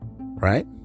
right